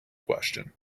question